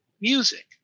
music